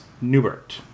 Newbert